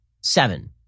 seven—